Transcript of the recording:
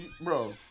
bro